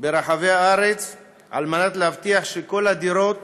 ברחבי הארץ כדי להבטיח שכל הדירות